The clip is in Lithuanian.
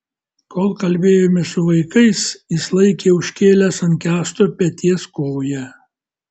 kol kalbėjomės su vaikais jis laikė užkėlęs ant kęsto peties koją